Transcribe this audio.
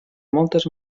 moltes